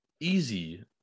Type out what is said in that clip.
easy